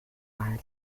mal